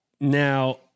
Now